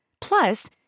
Plus